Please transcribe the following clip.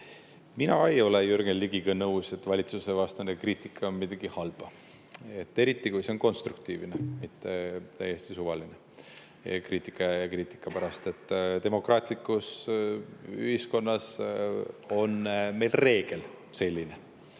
Mina ei ole Jürgen Ligiga nõus, et valitsusevastane kriitika on midagi halba. Eriti kui see on konstruktiivne, mitte täiesti suvaline, kriitika kriitika pärast. Demokraatlikus ühiskonnas on meil reegel selline,